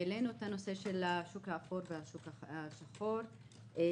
והעלינו את הנושא של השוק האפור והשוק השחור על